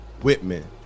Whitman